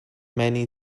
many